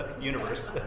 universe